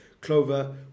Clover